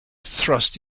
thrust